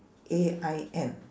A I N